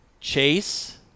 Chase